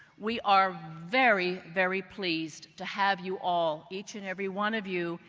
we are very, very pleased to have you all, each and every one of you,